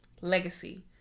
legacy